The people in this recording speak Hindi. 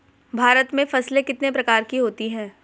भारत में फसलें कितने प्रकार की होती हैं?